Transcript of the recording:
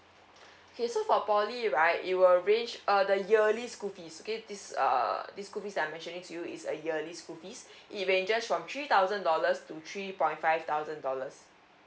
okay so for poly right it will arrange uh the yearly school fees okay this err this school fees are mentioning to you is a yearly school fees it ranges from three thousand dollars to three point five thousand dollars